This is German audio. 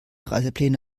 reisepläne